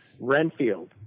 Renfield